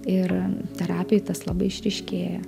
ir terapijoj tas labai išryškėja